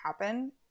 happen